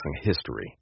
history